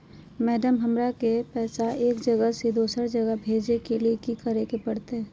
Madam, हमरा के पैसा एक जगह से दुसर जगह भेजे के लिए की की करे परते?